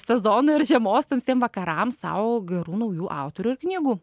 sezonui ar žiemos tamsiem vakarams sau gerų naujų autorių ir knygų